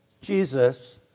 Jesus